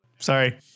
Sorry